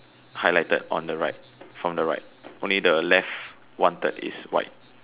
highlighted on the right from the right only the left one third is white